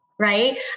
right